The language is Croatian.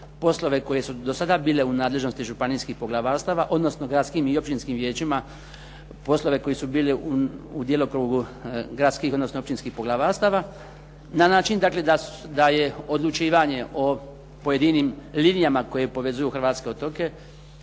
poslove koji su do sada bile u nadležnosti županijskih poglavarstava, odnosno gradskim i općinskim vijećima poslove koji su bili u djelokrugu gradskih, odnosno općinskih poglavarstava na način dakle da je odlučivanje o pojedinim linijama koje povezuju hrvatske otoke,